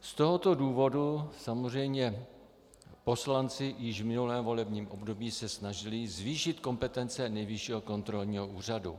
Z tohoto důvodu se samozřejmě poslanci již v minulém volebním období snažili zvýšit kompetence Nejvyššího kontrolního úřadu.